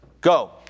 Go